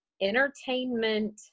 entertainment